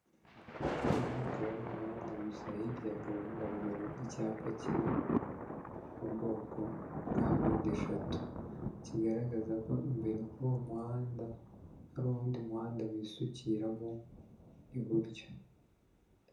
Iyo akaba ari umuhanda gusa hirya hakaba hagaragara icyapa kiri mu bwoko bwa mpandeshatu kigaragaza ko imbere kuri uwo muhanda hariwundi muhanda wisukiramo iburyo.